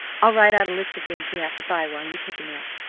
i'll write out a list of things we have to buy while you take a nap.